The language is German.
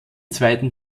zweiten